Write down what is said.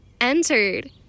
entered